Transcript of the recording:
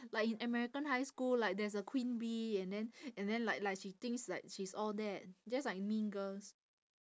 like in american high school like there's a queen bee and then and then like like she thinks like she's all that just like mean girls